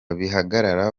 bihagarara